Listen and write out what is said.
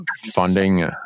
funding